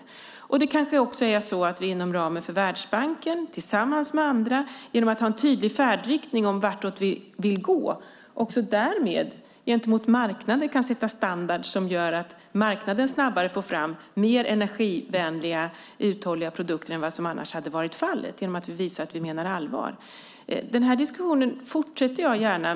Det kanske också är så att vi, genom att visa att vi menar allvar, inom ramen för Världsbanken tillsammans med andra genom att ha en tydlig färdriktning om vart vi vill gå kan sätta standarder gentemot marknaden som gör att marknaden snabbare får fram mer energivänliga och uthålliga produkter än som annars hade varit fallet. Jag fortsätter gärna denna diskussion.